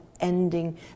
ending